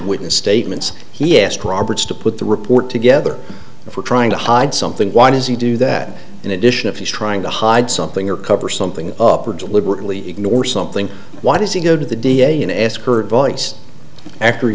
witness statements he asked roberts to put the report together and we're trying to hide something why does he do that in addition if he's trying to hide something or cover something up or deliberately ignore something why does he go to the da and ask her advice after